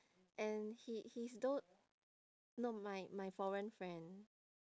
and he he's tho~ no my my foreign friend